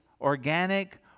organic